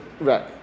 Right